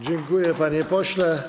Dziękuję, panie pośle.